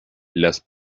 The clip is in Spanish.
las